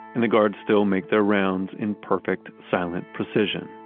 and the guards still make their rounds in perfect, silent precision.